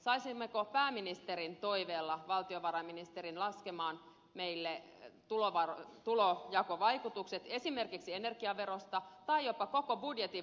saisimmeko pääministerin toiveella valtiovarainministerin laskemaan meille tulonjakovaikutukset esimerkiksi energiaverosta tai jopa koko budjetista